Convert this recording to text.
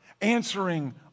answering